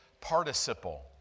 participle